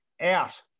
Out